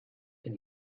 and